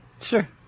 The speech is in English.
Sure